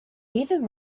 even